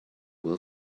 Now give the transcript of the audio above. will